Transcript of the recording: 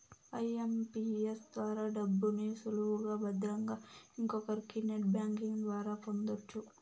IMPS ద్వారా డబ్బుని సులువుగా భద్రంగా ఇంకొకరికి నెట్ బ్యాంకింగ్ ద్వారా పొందొచ్చు